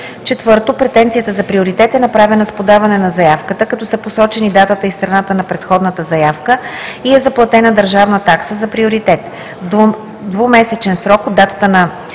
заявка; 4. претенцията за приоритет е направена с подаване на заявката, като са посочени датата и страната на предходната заявка и е заплатена държавна такса за приоритет;